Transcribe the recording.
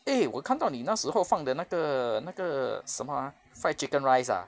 eh 我看到你那时候放的那个那个什么 ah fried chicken rice ah